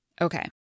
Okay